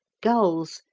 gulls,